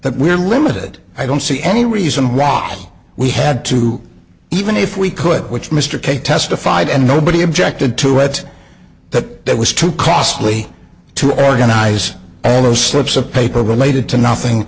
that we're limited i don't see any reason rod we had to even if we could which mr kay testified and nobody objected to read that that was too costly to organize all those slips of paper related to nothing